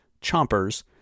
chompers